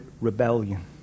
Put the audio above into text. rebellion